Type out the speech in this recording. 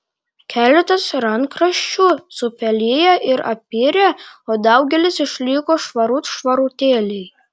keletas rankraščių supeliję ir apirę o daugelis išliko švarut švarutėliai